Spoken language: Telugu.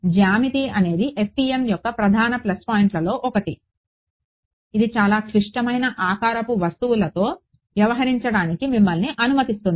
జ్యామితి అనేది FEM యొక్క ప్రధాన ప్లస్ పాయింట్లో ఒకటి ఇది చాలా క్లిష్టమైన ఆకారపు వస్తువులతో వ్యవహరించడానికి మిమ్మల్ని అనుమతిస్తుంది